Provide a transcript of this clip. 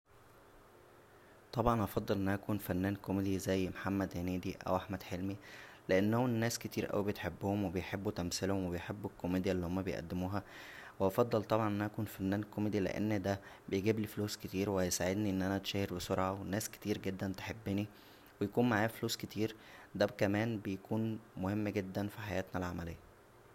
طبعا هفضل ان انا اكون فنان كوميدى زى محمد هنيدى او احمد حلمى لانهم ناس كتير اوى بتحبهم و بيحبو تمثيلهم و بيحبو الكوميديا اللى هما بيقدموها و هفضل طبعا ان انا اكون فنان كوميدى لان دا بيجبلى فلوس كتير و هيساعدنى ان انا اتشهر بسرعه و ناس كتير جدا تحبنى و يكون معايا فلوس كتير دا كمان بيكون مهم جدا فحياتنا العمليه